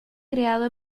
creado